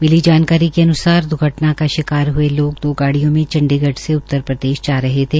मिली जानकारी के अन्सार द्र्घटना का शिकार हये लोग दो गाडिय़ो में चंडीगढ़ से उत्तरप्रदेश जा रहे थे